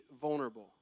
vulnerable